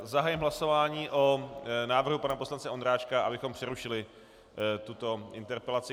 Zahajuji hlasování o návrhu pana poslance Ondráčka, abychom přerušili tuto interpelaci.